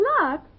luck